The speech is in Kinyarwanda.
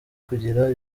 kugira